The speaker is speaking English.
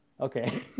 okay